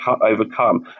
overcome